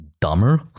dumber